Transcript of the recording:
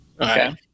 Okay